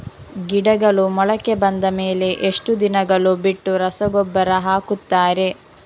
ಗಿಡಗಳು ಮೊಳಕೆ ಬಂದ ಮೇಲೆ ಎಷ್ಟು ದಿನಗಳು ಬಿಟ್ಟು ರಸಗೊಬ್ಬರ ಹಾಕುತ್ತಾರೆ?